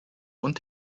und